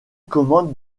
commande